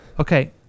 Okay